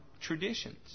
traditions